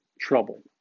trouble